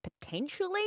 potentially